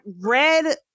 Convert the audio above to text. red